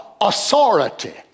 authority